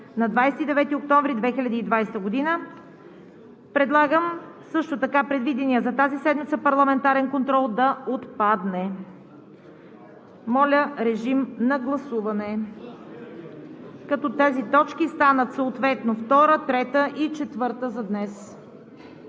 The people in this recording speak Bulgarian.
на 29 октомври 2020 г. Предлагам също така предвиденият за тази седмица Парламентарен контрол да отпадне. Моля, режим на гласуване като тези точки станат съответно втора, трета и четвърта за днес.